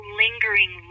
lingering